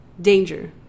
danger